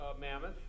mammoth